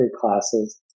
classes